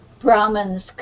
Brahmins